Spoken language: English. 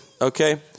Okay